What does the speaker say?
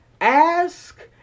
ask